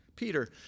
Peter